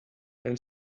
and